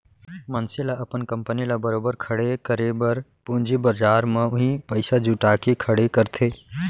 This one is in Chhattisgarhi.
मनसे ल अपन कंपनी ल बरोबर खड़े करे बर पूंजी बजार म ही पइसा जुटा के खड़े करथे